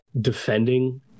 defending